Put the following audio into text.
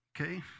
Okay